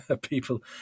people